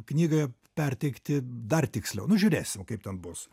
knygą perteikti dar tiksliau nu žiūrėsim kaip ten bus